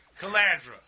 Calandra